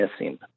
missing